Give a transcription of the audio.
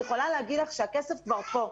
אני יכולה להגיד לך שהכסף כבר כאן.